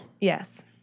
Yes